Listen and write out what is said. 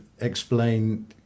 explain